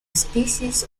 species